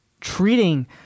treating